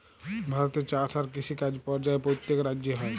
ভারতে চাষ আর কিষিকাজ পর্যায়ে প্যত্তেক রাজ্যে হ্যয়